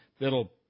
that'll